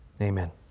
Amen